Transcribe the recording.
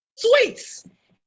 sweets